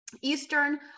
Eastern